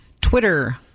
Twitter